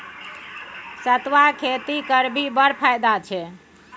सितुआक खेती करभी बड़ फायदा छै